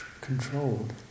controlled